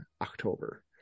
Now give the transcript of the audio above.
october